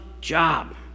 job